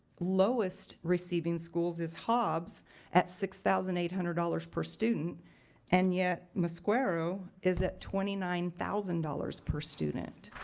lowest receiving schools is hobbs at six thousand eight hundred dollars per student and yet mosquero is at twenty nine thousand dollars per student.